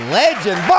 legend